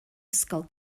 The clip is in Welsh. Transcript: ysgol